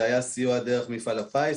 היה סיוע דרך מפעל הפיס,